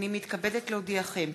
הנני מתכבדת להודיעכם,